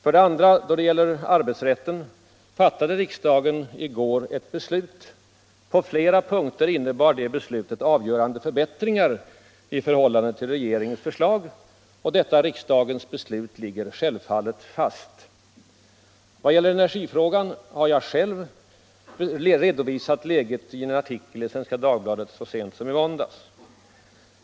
Vad arbetsrätten angår fattade riksdagen i går ett beslut, som på flera punkter innebar avgörande förbättringar i förhållande till regeringens förslag. Detta riksdagens beslut ligger självfallet fast. Vad energifrågan angår har jag själv redovisat läget i en artikel i Svenska Dagbladet så sent som i måndags.